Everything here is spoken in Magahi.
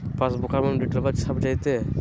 पासबुका में डिटेल्बा छप जयते?